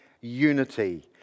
unity